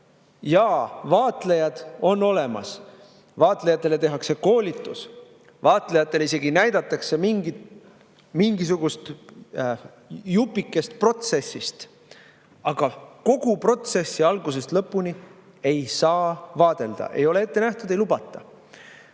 Jaa, vaatlejad on olemas, vaatlejatele tehakse koolitus, vaatlejatele isegi näidatakse mingisugust jupikest protsessist. Aga kogu protsessi algusest lõpuni ei saa vaadelda – ei ole ette nähtud, ei lubata.